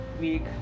week